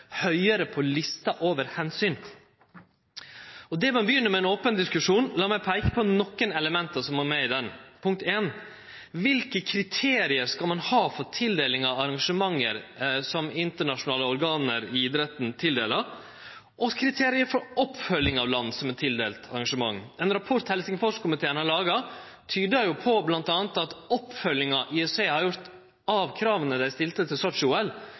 høgare på lista over omsyn. Det må begynne med ein open diskusjon, og lat meg peike på nokre element som må med i den. Punkt ein: Kva kriterium skal ein ha for tildeling av arrangement som internasjonale organ i idretten tildeler? Og kva kriterium skal ein ha for oppfølging av land som er tildelte arrangement? Ein rapport Helsingforskomiteen har laga, tyder bl.a. på at oppfølginga frå IOC av krava dei stilte til